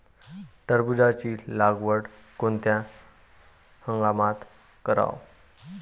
टरबूजाची लागवड कोनत्या हंगामात कराव?